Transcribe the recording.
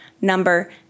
number